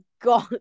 God